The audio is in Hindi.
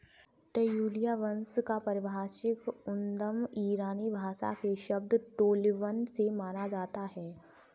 ट्यूलिया वंश का पारिभाषिक उद्गम ईरानी भाषा के शब्द टोलिबन से माना जाता है